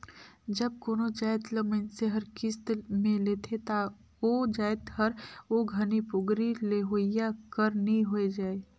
जब कोनो जाएत ल मइनसे हर किस्त में लेथे ता ओ जाएत हर ओ घनी पोगरी लेहोइया कर नी होए जाए